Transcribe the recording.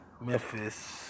Memphis